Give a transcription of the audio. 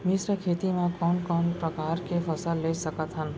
मिश्र खेती मा कोन कोन प्रकार के फसल ले सकत हन?